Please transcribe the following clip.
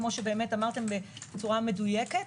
כפי שאמרתם בצורה מדויקת.